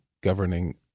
governing